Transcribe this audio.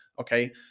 okay